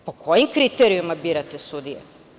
Po kojim kriterijumima birate sudije?